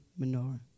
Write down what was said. menorah